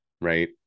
right